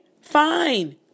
Fine